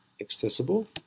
accessible